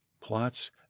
plots